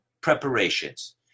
preparations